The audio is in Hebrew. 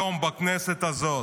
בכנסת הזאת,